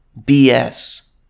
BS